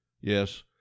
Yes